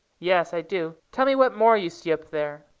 yes, i do. tell me what more you see up there.